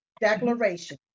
declaration